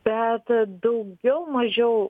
bet daugiau mažiau